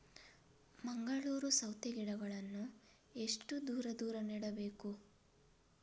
ಮಂಗಳೂರು ಸೌತೆ ಗಿಡಗಳನ್ನು ಎಷ್ಟು ದೂರ ದೂರ ನೆಡಬೇಕು?